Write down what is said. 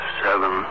seven